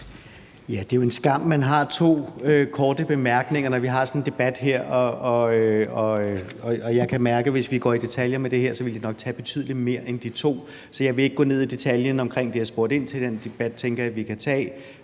Det er jo en skam, at man har to korte bemærkninger, når vi har sådan en debat her, og jeg kan mærke, at hvis vi går i detaljer med det her, vil det nok tage betydelig mere tid end de to korte bemærkninger – så jeg vil ikke gå ned i detaljen omkring det, jeg spurgte ind til. Den debat tænker jeg vi kan tage